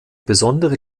besondere